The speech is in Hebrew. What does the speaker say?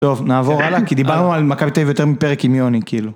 טוב נעבור הלאה כי דיברנו על מכבי תל אביב יותר מפרק עם יוני כאילו